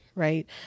Right